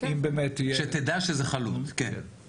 שתדע שזה חלוט, כן.